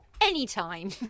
anytime